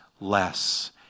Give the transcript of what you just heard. less